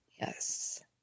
Yes